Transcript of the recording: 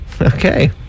Okay